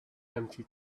empty